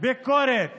ביקורת